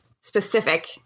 specific